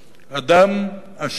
אדם אשר נפגע,